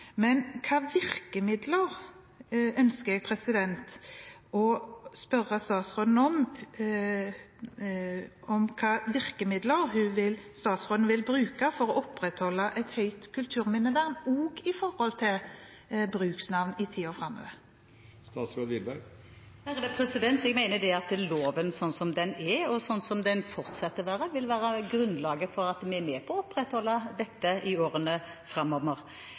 Men jeg ønsker å spørre statsråden om hvilke virkemidler hun vil bruke for å opprettholde et høyt kulturminnevern, også med hensyn til bruksnavn i tiden framover. Jeg mener at det at loven er slik som den er, og slik som den fortsatt vil være, vil være grunnlaget for at vi er med på å opprettholde dette i årene framover.